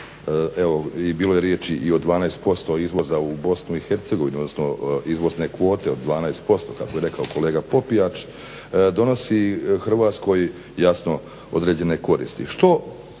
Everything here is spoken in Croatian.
evo bilo je riječi i o 12% izvoza u Bosnu i Hercegovinu, odnosno izvozne kvote od 12% kako je raka kolega Popijač donosi Hrvatskoj jasno određene koristi.